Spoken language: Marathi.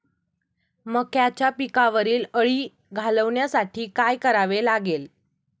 मक्याच्या पिकावरील अळी घालवण्यासाठी काय करावे लागेल?